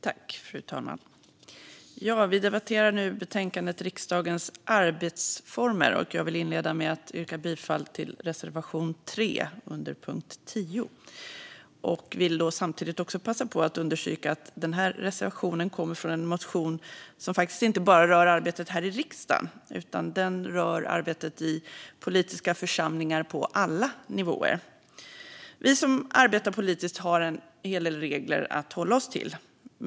Fru talman! Vi debatterar nu betänkandet Riksdagens arbetsformer , och jag vill inleda med att yrka bifall till reservation 3 under punkt 10. Jag vill samtidigt passa på att understryka att denna reservation kommer från en motion som faktiskt inte bara rör arbetet här i riksdagen, utan den rör arbetet i politiska församlingar på alla nivåer. Vi som arbetar politiskt har en hel del regler att hålla oss till.